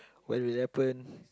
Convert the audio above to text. what will happen